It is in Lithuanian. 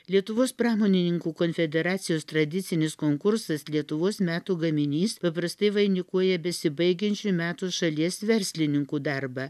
lietuvos pramonininkų konfederacijos tradicinis konkursas lietuvos metų gaminys paprastai vainikuoja besibaigiančių metų šalies verslininkų darbą